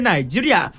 Nigeria